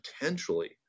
potentially